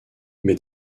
mais